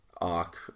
arc